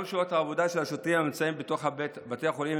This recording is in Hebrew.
גם שעות העבודה של השוטרים הנמצאים בתוך בתי החולים,